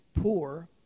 poor